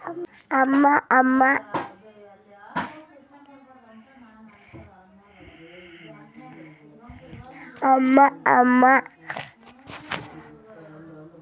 ಬ್ಯಾಂಕಿನ ಬಡ್ಡಿ ಕಟ್ಟಲಿಲ್ಲ ಅಂದ್ರೆ ಏನ್ ಮಾಡ್ತಾರ?